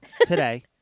today